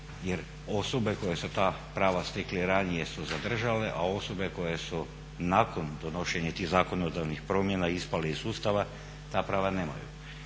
jer osobe koje su ta prava stekli ranije su zadržale, a osobe koje su nakon donošenja tih zakonodavnih promjena ispale iz sustava ta prava nemaju.